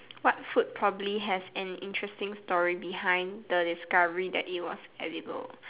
what food probably has an interesting story behind the discovery that it was edible